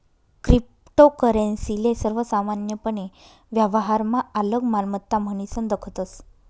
cryptocurrency ले सर्वसामान्यपने व्यवहारमा आलक मालमत्ता म्हनीसन दखतस